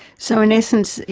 so in essence,